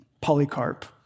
Polycarp